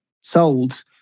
sold